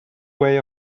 way